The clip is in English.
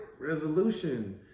resolution